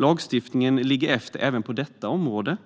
Lagstiftningen ligger efter på detta område,